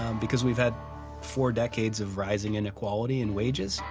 um because we've had four decades of rising inequality in wages.